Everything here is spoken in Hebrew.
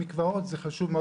מקוואות זה חשוב מאוד.